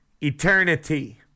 eternity